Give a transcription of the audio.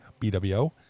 BWO